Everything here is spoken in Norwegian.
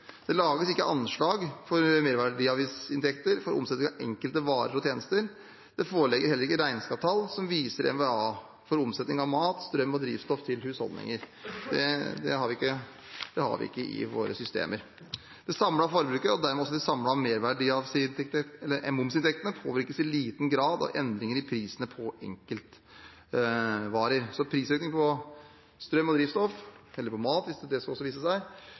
Det lages ikke anslag for merverdiavgiftsinntekter fra omsetning av enkelte varer og tjenester. Det foreligger heller ikke regnskapstall som viser merverdiavgiftsinntekter fra omsetning av mat, strøm og drivstoff til husholdninger. Det har vi ikke i våre systemer. Det samlede forbruket, og dermed også de samlede momsinntektene, påvirkes i liten grad av endringer i prisene på enkeltvarer. Så prisøkning på strøm, drivstoff – mat også, hvis det også viser seg